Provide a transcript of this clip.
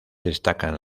destacan